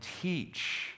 teach